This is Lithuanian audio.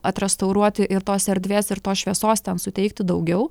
atrestauruoti ir tos erdvės ir tos šviesos ten suteikti daugiau